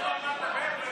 לכל דבר.